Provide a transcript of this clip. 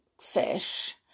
fish